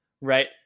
right